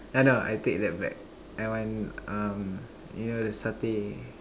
uh no I take that back I want um you know the satay